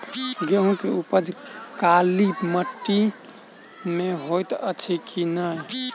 गेंहूँ केँ उपज काली माटि मे हएत अछि की नै?